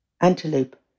antelope